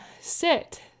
Sit